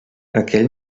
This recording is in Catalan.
aquell